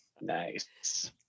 Nice